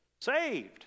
Saved